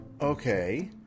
Okay